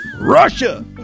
Russia